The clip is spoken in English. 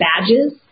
badges